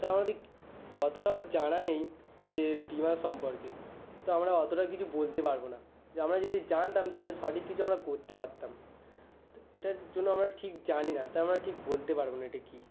তা আমাদের অতটাও জানা নেই যে বিমা সম্পর্কে তো আমরা অতটা কিছু বলতে পারব না যে আমরা যদি জানতাম তাহলে সঠিক কিছু আমরা করতে পারতাম তো এটার জন্য আমরা ঠিক জানি না তা আমরা ঠিক বলতে পারব না এটা কী